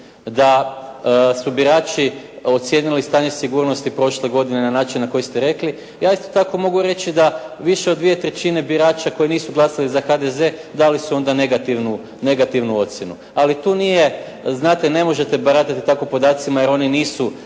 da su birači ocijenili stanje sigurnosti prošle godine na način na koji ste rekli, ja isto tako mogu reći da više od dvije trećine birača koji nisu glasali za HDZ dali su onda negativnu ocjenu. Ali tu nije, znate ne možete baratati tako podacima jer oni nisu